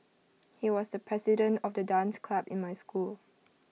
he was the president of the dance club in my school